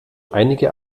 einige